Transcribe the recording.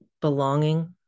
belonging